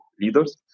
leaders